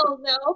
no